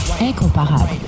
incomparable